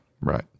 right